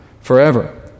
forever